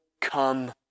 come